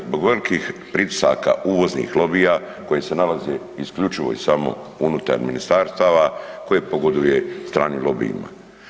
Zbog velikih pritisaka uvoznih lobija koji se nalaze isključivo i samo unutar ministarstava koje pogoduje stranim lobijima.